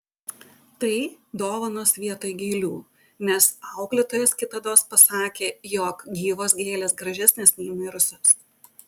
tai dovanos vietoj gėlių nes auklėtojas kitados pasakė jog gyvos gėlės gražesnės nei mirusios